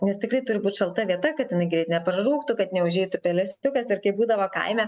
nes tikrai turi būt šalta vieta kad jinai greit neprarūgtų kad neužeitų pelėsiukas ir kaip būdavo kaime